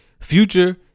Future